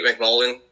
McMullen